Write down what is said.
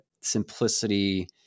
Simplicity